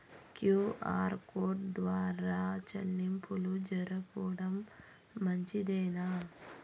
QR code ద్వారా చెల్లింపులు జరపడం మంచిదేనా?